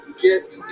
get